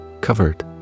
covered